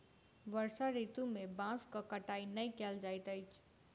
वर्षा ऋतू में बांसक कटाई नै कयल जाइत अछि